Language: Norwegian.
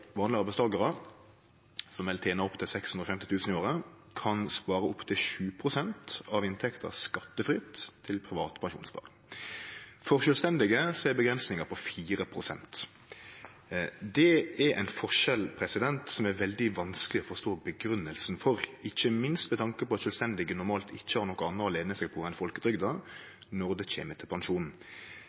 vanlege arbeidstakarar, som vel tener opp til 650 000 kr i året, kan spare opptil 7 pst. av inntekta skattefritt til privat pensjonssparing. For sjølvstendig næringsdrivande er avgrensinga 4 pst. Det er ein forskjell som det er veldig vanskeleg å forstå grunngjevinga for – ikkje minst med tanke på at sjølvstendig næringsdrivande normalt ikkje har noko anna å lene seg på enn folketrygda når det kjem til pensjon.